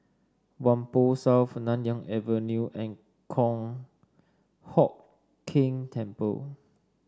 Whampoa South Nanyang Avenue and Kong Hock Keng Temple